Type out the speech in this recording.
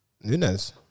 Nunes